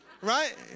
Right